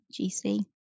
GC